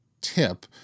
tip